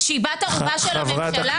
שהיא בת ערובה של הממשלה?